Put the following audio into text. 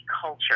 culture